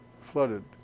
flooded